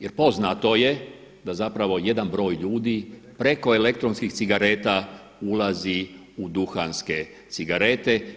Jer poznato je da zapravo jedan broj ljudi preko elektronskih cigareta ulazi u duhanske cigarete.